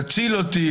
תציל אותי,